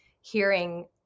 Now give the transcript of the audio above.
hearing